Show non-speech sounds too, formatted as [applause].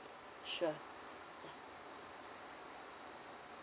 sure [noise]